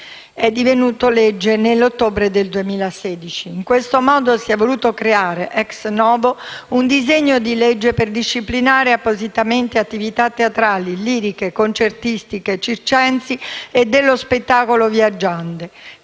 e dell'audiovisivo, divenuto legge nell'ottobre del 2016. In questo modo si è voluto creare *ex novo* un disegno di legge per disciplinare appositamente le attività teatrali, liriche, concertistiche, circensi e dello spettacolo viaggiante,